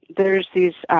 there's these